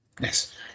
Yes